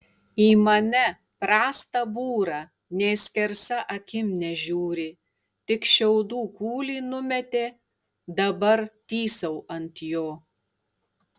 į mane prastą būrą nė skersa akim nežiūri tik šiaudų kūlį numetė dabar tysau ant jo